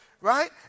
right